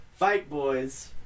fightboys